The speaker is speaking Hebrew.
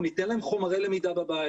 אנחנו ניתן לכם חומרי למידה בבית.